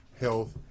health